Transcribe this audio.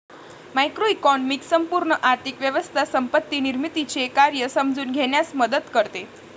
macroeconomics संपूर्ण आर्थिक व्यवस्था संपत्ती निर्मितीचे कार्य समजून घेण्यास मदत करते